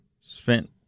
spent